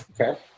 okay